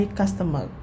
customer